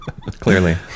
clearly